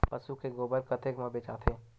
पशु के गोबर कतेक म बेचाथे?